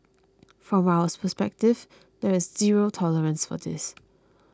from our perspective there is zero tolerance for this